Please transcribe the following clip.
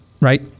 right